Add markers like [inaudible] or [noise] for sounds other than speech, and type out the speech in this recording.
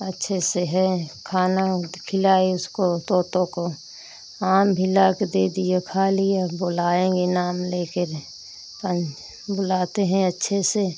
अच्छे से हैं खाना हम तो खिलाए उसको तोतों को आम भी लाकर दे दिया खा लिए अब बोलाएँगे नाम लेकर [unintelligible] बुलाते हैं अच्छे से